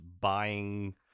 buying